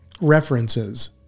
references